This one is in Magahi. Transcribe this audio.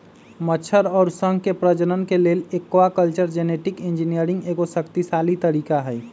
मछर अउर शंख के प्रजनन के लेल एक्वाकल्चर जेनेटिक इंजीनियरिंग एगो शक्तिशाली तरीका हई